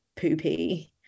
poopy